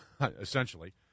essentially